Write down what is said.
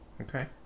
Okay